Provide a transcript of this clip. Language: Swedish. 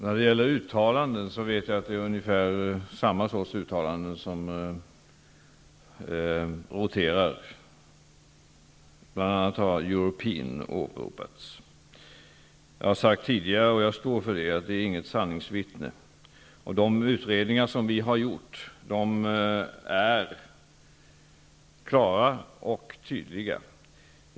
Fru talman! Jag vet att det är ungefär samma sorts uttalanden som roterar, bl.a. har European åberopats. Jag har sagt det tidigare, och jag står för det, att den inte är något sanningsvittne. De utredningar som vi har gjort är klara och tydliga.